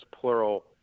plural